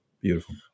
Beautiful